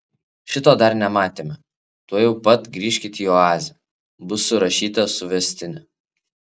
šito dar nematėme tuojau pat grįžkit į oazę bus surašyta suvestinė